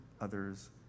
others